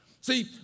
See